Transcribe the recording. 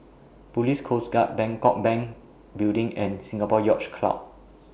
Police Coast Guard Bangkok Bank Building and Singapore Yacht Club